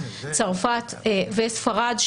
צרפת וספרד,